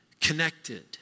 connected